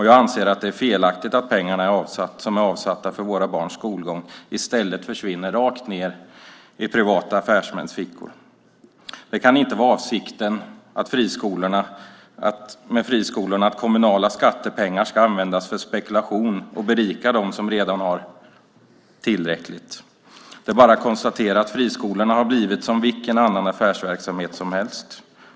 Jag anser att det är felaktigt att pengar som är avsatta för våra barns skolgång i stället försvinner rakt ned i privata affärsmäns fickor. Det kan inte vara avsikten med friskolorna att kommunala skattepengar ska användas för spekulation och berika dem som redan har tillräckligt. Det är bara att konstatera att friskolorna har blivit som vilken annan affärsverksamhet som helst.